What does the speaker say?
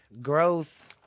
growth